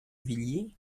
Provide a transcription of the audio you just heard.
villiers